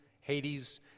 Hades